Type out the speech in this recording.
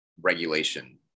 regulation